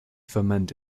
ferment